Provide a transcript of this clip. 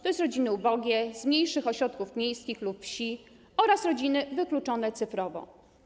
To są rodziny ubogie, z mniejszych ośrodków miejskich lub wsi oraz rodziny wykluczone cyfrowo.